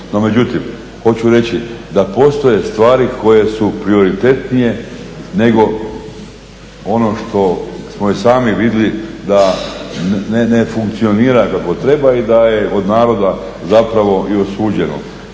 međutim, hoću reći da postoje stvari koje su prioritetnije nego ono što već sami vidjeli da ne funkcionira kako treba i da je od naroda zapravo i osuđeno.